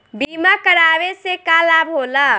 बीमा करावे से का लाभ होला?